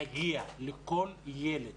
להגיע לכל ילד